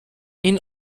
این